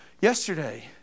yesterday